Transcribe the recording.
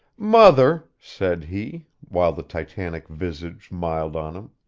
mother, said he, while the titanic visage miled on him,